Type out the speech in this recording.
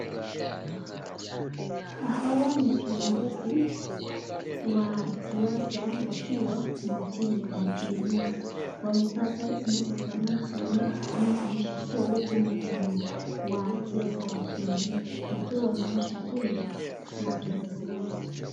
Hawa ni viongozi ,wa siasa wakiwa wa chama cha PNU .wamevaa sare zinazofanana zinazo onyesha kuwa wote ni wa chama cha siasa wa PNU .wakiwa wanaonyesha upendo wa kiongozi wao.